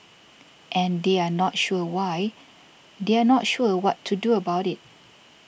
and they are not sure why they are not sure what to do about it